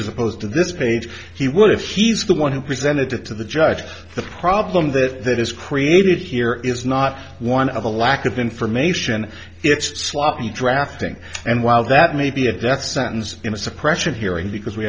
as opposed to this page he would if he's the one who presented it to the judge the problem that that is created here is not one of a lack of information it's sloppy drafting and while that may be a death sentence in a suppression hearing because we